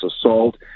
assault